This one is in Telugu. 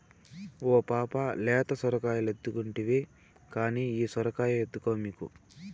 ఓ పాపా లేత సొరకాయలెక్కుంటివి కానీ ఈ సొరకాయ ఎత్తుకో మీకు